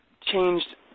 changed